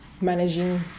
managing